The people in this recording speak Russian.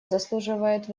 заслуживает